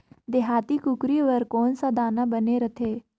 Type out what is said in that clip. देहाती कुकरी बर कौन सा दाना बने रथे?